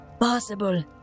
possible